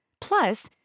plus